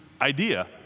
idea